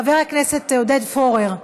חבר הכנסת עודד פורר,